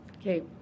Okay